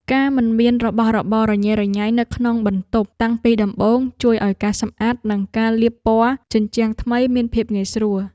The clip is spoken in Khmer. ការមិនមានរបស់របររញ៉េរញ៉ៃនៅក្នុងបន្ទប់តាំងពីដំបូងជួយឱ្យការសម្អាតនិងការលាបពណ៌ជញ្ជាំងថ្មីមានភាពងាយស្រួល។